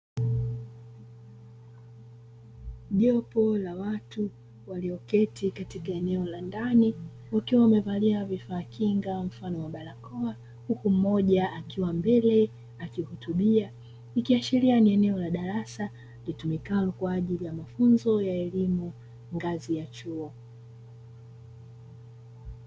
Jopo la watu walioketi katika eneo la ndani wakiwa wamevalia vifaa kinga mfano wa barakoa, huku mmoja akiwa mbele akihutubia ikiashiria ni eneo la darasa litumikalo kwa ajili ya mafunzo ya elimu ngazi ya chuo.